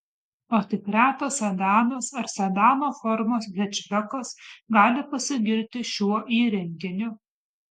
o tik retas sedanas ar sedano formos hečbekas gali pasigirti šiuo įrenginiu